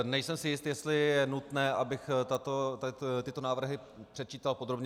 Nejsem si jist, jestli je nutné, abych tyto návrhy předčítal podrobně.